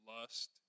lust